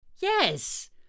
yes